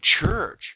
Church